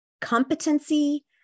competency